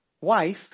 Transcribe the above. wife